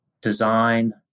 design